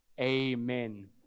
Amen